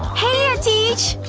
heya teach!